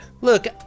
Look